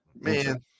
Man